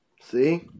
See